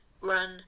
run